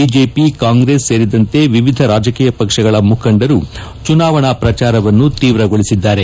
BJP Congress ಸೇರಿದಂತೆ ವಿವಿಧ ರಾಜಕೀಯ ಪಕ್ಷಗಳ ಮುಖಂಡರು ಚುನಾವಣಾ ಪ್ರಚಾರವನ್ನು ತೀವ್ರಗೊಳಿಸಿದ್ದಾರೆ